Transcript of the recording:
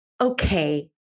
okay